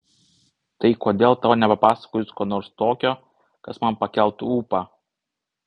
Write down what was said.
tai kodėl tau nepapasakojus ko nors tokio kas man pakeltų ūpą